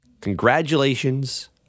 Congratulations